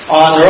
on